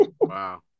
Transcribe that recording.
Wow